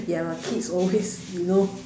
ya lah kids always you know